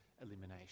elimination